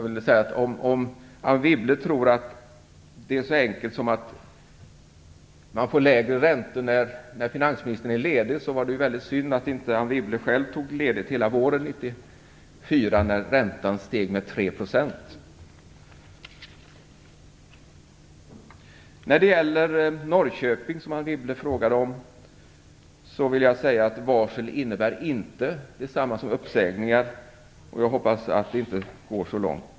Om Anne Wibble tror att det är så enkelt som att man får lägre räntor när finansministern är ledig, så var det synd att inte Anne Wibble själv tog ledigt hela våren 1994, när räntan steg med 3 %. Anne Wibble frågade om Norrköping. Jag vill säga att varsel inte innebär detsamma som uppsägningar, och jag hoppas att det inte går så långt.